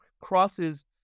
crosses